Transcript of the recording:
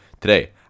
Today